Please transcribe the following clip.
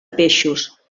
peixos